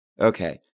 Okay